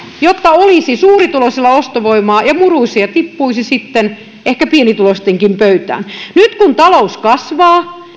jotta olisi suurituloisilla ostovoimaa ja murusia tippuisi sitten ehkä pienituloistenkin pöytään ja nyt kun talous kasvaa